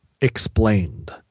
explained